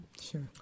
Sure